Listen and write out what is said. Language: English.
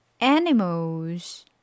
Animals